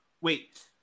wait